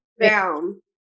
down